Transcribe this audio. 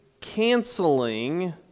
canceling